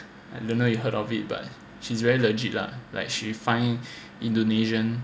I don't know you heard of it but she's very legit lah like she find indonesian